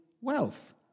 wealth